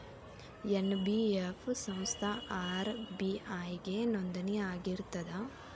NBF ಸಂಸ್ಥಾ RBI ಗೆ ನೋಂದಣಿ ಆಗಿರ್ತದಾ?